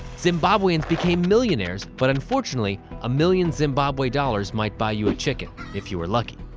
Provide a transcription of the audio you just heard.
zimbabweans became millionaires, but unfortunately, a million zimbabwe dollars might buy you a chicken, if you were lucky.